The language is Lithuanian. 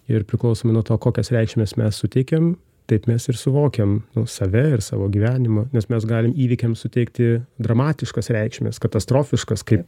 ir priklausomai nuo to kokias reikšmes mes suteikiam taip mes ir suvokiam save ir savo gyvenimą nes mes galim įvykiams suteikti dramatiškas reikšmes katastrofiškas kaip